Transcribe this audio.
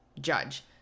judge